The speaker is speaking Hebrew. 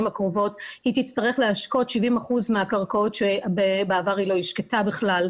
הקרובות היא תצטרף להשקות 70% מהקרקעות שבעבר היא לא השקתה בכלל.